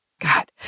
God